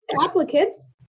applicants